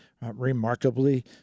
remarkably